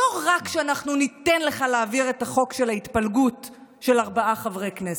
לא רק שאנחנו ניתן לך להעביר את החוק של ההתפלגות של ארבעה חברי כנסת,